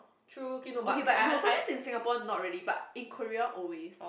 okay but no sometimes in Singapore not really but in Korea always